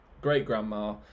great-grandma